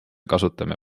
kasutame